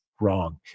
wrong